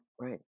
Right